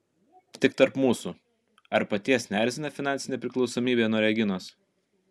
tik tarp mūsų ar paties neerzina finansinė priklausomybė nuo reginos